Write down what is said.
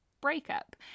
breakup